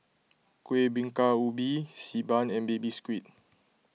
Kuih Bingka Ubi Xi Ban and Baby Squid